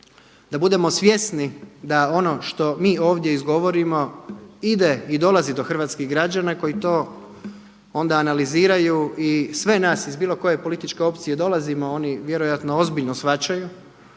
da budemo svjesni da ono što mi ovdje izgovorimo ide i dolazi do hrvatskih građana koji to onda analiziraju i sve nas iz bilo koje političke opcije dolaze oni vjerojatno ozbiljno shvaćaju.